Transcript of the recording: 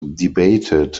debated